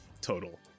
total